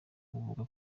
avuga